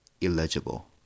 illegible